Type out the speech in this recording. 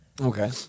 Okay